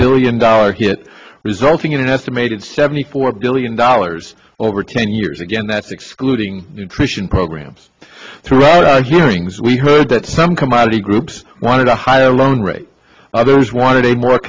billion dollars hit resulting in an estimated seventy four billion dollars over ten years again that's excluding nutrition programs throughout hearings we heard that some commodity groups wanted a higher loan rate others wanted a more